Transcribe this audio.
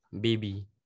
Baby